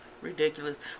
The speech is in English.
ridiculous